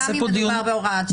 גם אם מדובר בהוראת שעה.